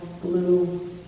blue